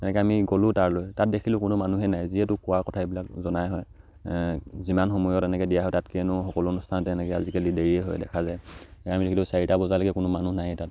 এনেকৈ আমি গ'লোঁ তালৈ তাত দেখিলোঁ কোনো মানুহেই নাই যিহেতু কোৱা কথা এইবিলাক জনাই হয় যিমান সময়ত এনেকৈ দিয়া হয় তাতকৈ এনেও সকলো অনুষ্ঠান তেনেকৈ আজিকালি দেৰিয়ে হয় দেখা যায় আমি কিন্তু চাৰিটা বজালৈকে কোনো মানুহ নায়েই তাত